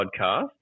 Podcast